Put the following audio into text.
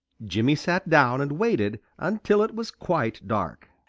jimmy sat down and waited until it was quite dark.